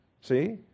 See